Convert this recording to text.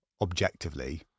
objectively